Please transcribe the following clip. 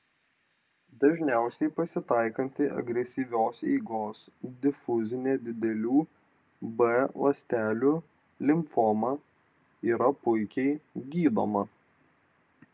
dažniausiai pasitaikanti agresyvios eigos difuzinė didelių b ląstelių limfoma yra puikiai gydoma